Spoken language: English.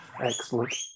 Excellent